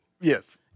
Yes